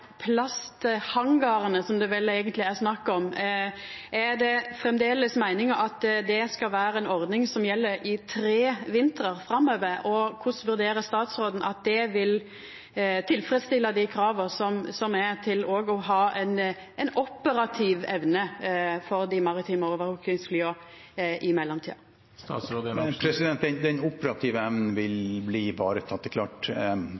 som det vel eigentleg er snakk om, er det framleis meininga at det skal vera ei ordning som gjeld i tre vintrar framover? Og korleis vurderer statsråden at det vil tilfredsstilla krava til òg å ha ei operativ evne for dei maritime overvakingsflya i mellomtida? Den operative evnen vil bli ivaretatt. Det er klart